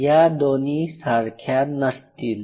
या दोन्ही सारख्या नसतील